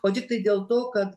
o tiktai dėl to kad